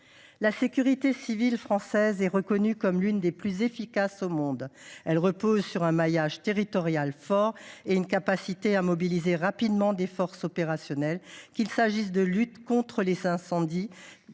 La sécurité civile française est reconnue comme l’une des plus efficaces au monde. Elle repose sur un maillage territorial fort et une capacité à mobiliser rapidement des forces opérationnelles, que ce soit pour lutter contre les incendies